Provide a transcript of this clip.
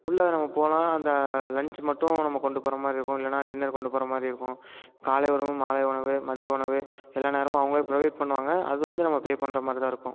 உள்ளே நம்ம போகலாம் அந்த லன்ச் மட்டும் நம்ம கொண்டு போகிற மாதிரி இருக்கும் இல்லைன்னா டின்னர் கொண்டு போகிற மாதிரி இருக்கும் காலை உணவும் மாலை உணவு மதிய உணவு எல்லா நேரமும் அவங்களே ப்ரொவைட் பண்ணுவாங்க அது வந்து நம்ம பே பண்ணுற மாதிரிதான் இருக்கும்